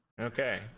okay